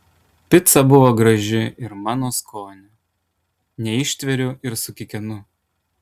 pica buvo graži ir mano skonio neištveriu ir sukikenu